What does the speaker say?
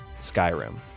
Skyrim